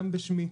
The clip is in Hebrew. גם בשמי,